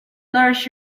nourish